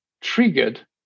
triggered